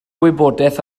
wybodaeth